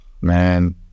man